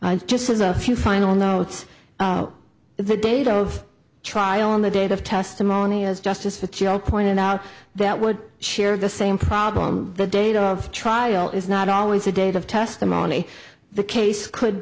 illinois just as a few final notes the date of trial and the date of testimony as justice for joe pointed out that would share the same problem the date of trial is not always the date of testimony the case could